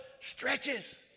stretches